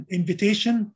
invitation